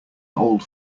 old